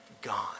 Gone